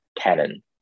canon